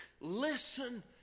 Listen